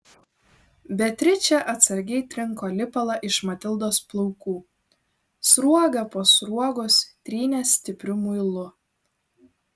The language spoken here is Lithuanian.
beatričė atsargiai trinko lipalą iš matildos plaukų sruogą po sruogos trynė stipriu muilu